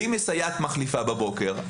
אם יש סייעת מחליפה בבוקר,